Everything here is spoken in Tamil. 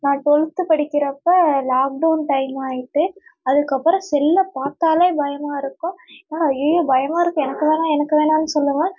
நான் டுவெல்த்து படிக்கிறப்போ லாக்டவுன் டைமும் ஆயிட்டுது அதுக்கப்புறோம் செல்லை பார்த்தாலே பயமாக இருக்கும் என்னடா ஐயய்யோ பயமாக இருக்குது எனக்கு வேணாம் எனக்கு வேணாம்னு சொல்லுவேன்